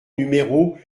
numéro